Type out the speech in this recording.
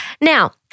Now